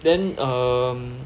then um